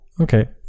Okay